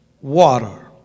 water